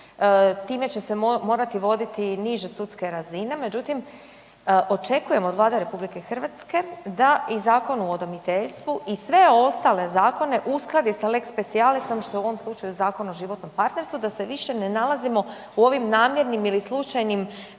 time će se morati voditi niže sudske razine međutim očekujem od Vlade RH da i Zakon o udomiteljstvu i sve ostale zakone uskladi sa lex specialisom što je u ovom slučaju Zakon o životnom partnerstvu, da se više ne nalazimo u ovim namjernim ili slučajnim